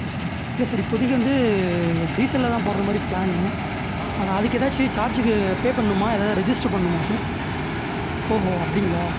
okay sir இல்லை sir இப்போதைக்கி வந்து டீசல்ல தான் போடுற மாதிரி ப்ளானு ஆனால் அதுக்கு ஏதாச்சு சார்ஜிக்கு பே பண்ணுமா ஏதாவது ரெஜிஸ்டர் பண்ணுமா சார் ஓஹோ அப்படிங்களா